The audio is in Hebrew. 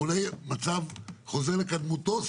המצב חוזר לקדמותו,